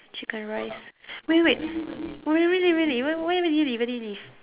chicken rice wait wait wait really really where where do you live where do you live